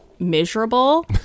Miserable